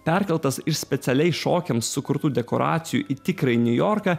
perkeltas iš specialiai šokiams sukurtų dekoracijų į tikrąjį niujorką